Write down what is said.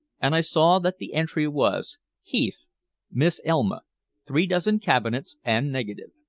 and i saw that the entry was heath miss elma three dozen cabinets and negative.